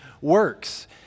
works